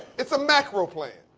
it's a macro plan.